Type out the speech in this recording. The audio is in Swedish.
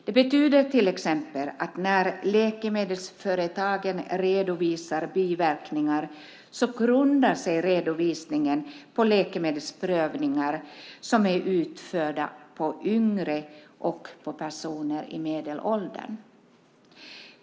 Det betyder till exempel att när läkemedelsföretagen redovisar biverkningar grundar sig redovisningen på läkemedelsprövningar som är utförda på yngre och på personer i medelåldern.